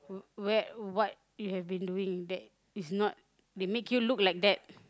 where what you have been doing that is not they make you look like that